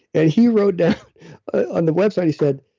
and he wrote down on the website, he said,